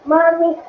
Mommy